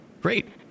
Great